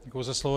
Děkuji za slovo.